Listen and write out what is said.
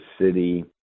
city